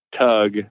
tug